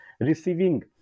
receiving